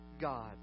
God